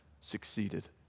succeeded